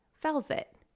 velvet